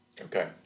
Okay